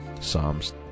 Psalms